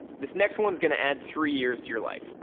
this next one's going to add three years to your life.